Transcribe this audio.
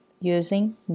using